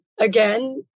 Again